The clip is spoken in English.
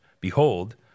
Behold